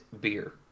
beer